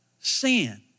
Sin